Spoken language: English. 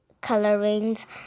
colorings